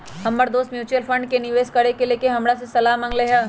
हमर दोस mutual fund में निवेश करे से लेके हमरा से सलाह मांगलय ह